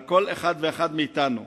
על כל אחד ואחד מאתנו.